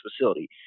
facility